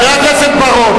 חבר הכנסת בר-און.